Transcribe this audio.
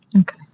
Okay